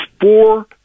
four